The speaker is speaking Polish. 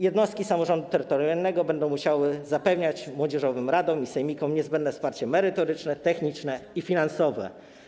Jednostki samorządu terytorialnego będą musiały zapewniać młodzieżowym radom i sejmikom niezbędne wsparcie merytoryczne, techniczne i finansowe.